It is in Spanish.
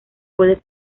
puede